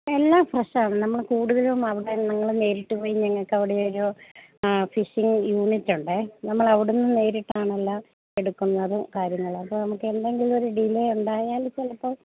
എല്ലാം ഫ്രെഷാണ് നമ്മള് കൂടുതലും അവിടെ ഞങ്ങള് നേരിട്ടു പോയി ഞങ്ങള്ക്കവിടെ ഓരു ഫിഷിങ് യൂണിറ്റുണ്ടേ നമ്മളവിടുന്ന് നേരിട്ടാണെല്ലാം എടുക്കുന്നത് കാര്യങ്ങള് അപ്പോള് നമുക്ക് എന്തെങ്കിലും ഒരു ഡിലേ ഉണ്ടായാൽ ചിലപ്പോള്